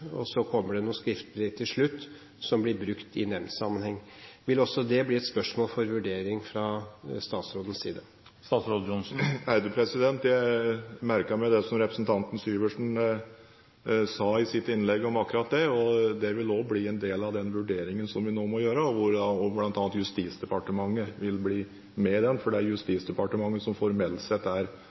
og så kommer det noe skriftlig til slutt som blir brukt i nemndsammenheng. Vil det også bli et spørsmål for vurdering fra statsrådens side? Jeg merket meg det som representanten Syversen sa i sitt innlegg om akkurat det. Det vil også bli en del av den vurderingen som vi nå må gjøre, hvor bl.a. Justisdepartementet vil bli med, for det er Justisdepartementet som formelt sett er